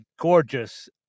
gorgeous